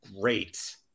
Great